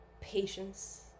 patience